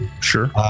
Sure